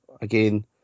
again